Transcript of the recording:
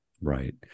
Right